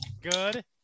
Good